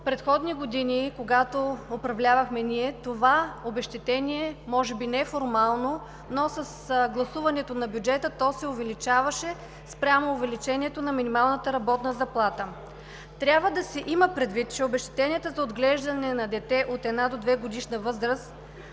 В предходни години, когато ние управлявахме, това обезщетение може би не формално, но с гласуването на бюджета, се увеличаваше спрямо увеличението на минималната работна заплата. Трябва да се има предвид, че обезщетението за отглеждане на дете от една до двегодишна възраст